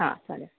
हां चालेल